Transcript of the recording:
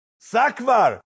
sakvar